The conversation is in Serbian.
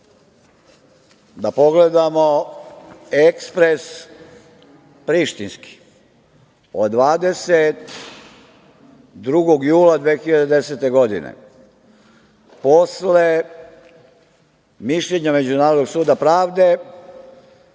da pogledamo „Ekspres“ prištinski od 22. jula 2010. godine. Posle mišljenja Međunarodnog suda pravde,